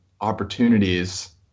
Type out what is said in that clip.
opportunities